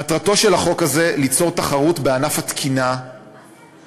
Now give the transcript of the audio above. מטרתו של החוק הזה ליצור תחרות בענף התקינה ולהפחית